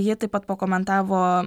ji taip pat pakomentavo